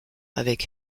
avec